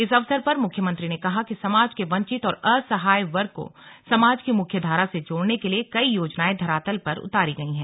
इस अवसर पर मुख्यमंत्री ने ने कहा कि समाज के वंचित और असहाय वर्ग को समाज की मुख्यधारा से जोड़ने के लिये कई योजनायें धरातल पर उतारी गई हैं